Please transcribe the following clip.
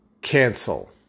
cancel